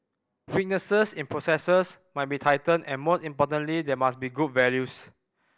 weaknesses in processes must be tightened and most importantly there must be good values